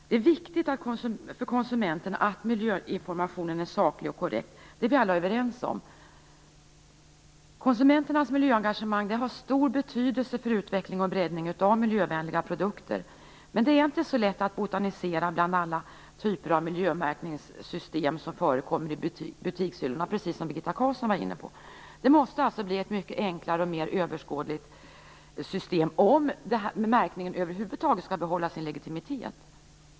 Det är viktigt för konsumenterna att miljöinformationen är saklig och korrekt. Det är vi alla överens om. Konsumenternas miljöengagemang har stor betydelse för utvecklingen och breddningen av miljövänliga produkter. Men det är inte så lätt att botanisera bland alla typer av miljömärkningssystem som förekommer på butikshyllorna, precis som Birgitta Carlsson var inne på. Det måste alltså bli ett mycket enklare och mera överskådligt system för att märkningen över huvud taget skall kunna behålla sin legitimitet.